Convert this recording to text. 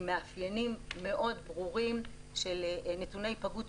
עם מאפיינים מאוד ברורים של נתוני היפגעות